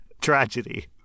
Tragedy